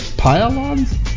Pylons